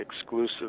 exclusive